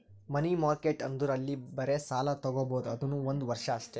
ಮನಿ market ಅಂದುರ್ ಅಲ್ಲಿ ಬರೇ ಸಾಲ ತಾಗೊಬೋದ್ ಅದುನೂ ಒಂದ್ ವರ್ಷ ಅಷ್ಟೇ